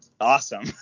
Awesome